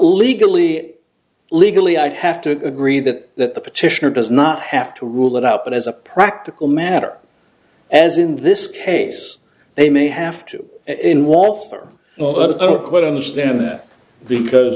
legally legally i'd have to agree that that the petitioner does not have to rule it out but as a practical matter as in this case they may have to in waltham don't quite understand that because